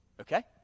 Okay